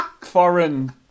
foreign